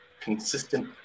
consistent